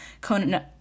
Conan